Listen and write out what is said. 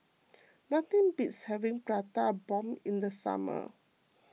nothing beats having Prata Bomb in the summer